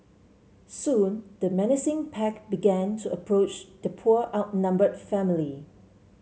soon the menacing pack began to approach the poor outnumbered family